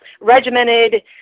regimented